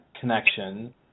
connection